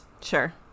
sure